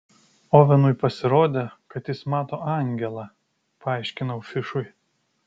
ovenui pasirodė kad jis mato angelą paaiškinau fišui